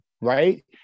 Right